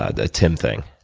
ah tim thing?